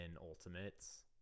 Ultimates